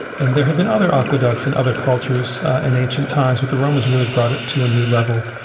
and there had been other aqueducts in other cultures in ancient times but the romans really brought it to a new level,